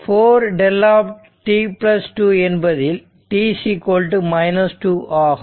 4 δt2 என்பதில் t 2 ஆகும்